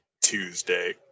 Tuesday